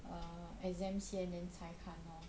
uh exam 先 then 才看 lor